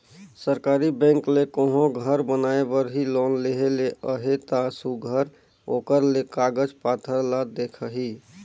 सरकारी बेंक ले कहों घर बनाए बर ही लोन लेहे ले अहे ता सुग्घर ओकर ले कागज पाथर ल देखही